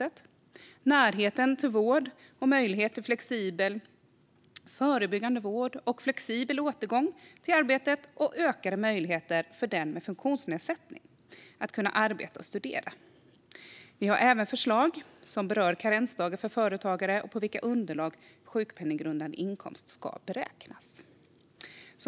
Det handlar vidare om närheten till vård och möjlighet till flexibel förebyggande vård och flexibel återgång till arbetet samt om ökade möjligheter för den med funktionsnedsättning att arbeta och studera. Vi har även förslag som berör karensdagar för företagare och på vilka underlag sjukpenninggrundande inkomst ska beräknas.